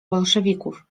bolszewików